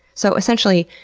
so essentially,